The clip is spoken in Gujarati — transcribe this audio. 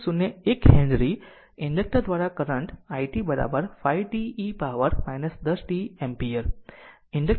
01 હેનરી ઇન્ડક્ટર દ્વારા current i t 5 t e power 10 t ampere